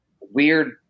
weird